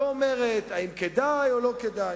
ואומרת האם כדאי או לא כדאי.